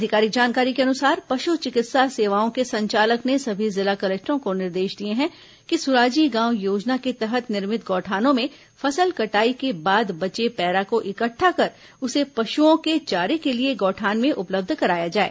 अधिकारिक जानकारी के अनुसार पशु चिकित्सा सेवाओं के संचालक ने सभी जिला कलेक्टरों को निर्देश दिया है कि सुराजी गांव योजना के तहत निर्मित गौठानों में फसल कटाई के बाद बचे पैरा को इकट्ठा कर उसे पशुओं के चारे के लिए गौठान में उपलब्ध कराया जाए